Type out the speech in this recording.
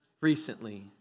recently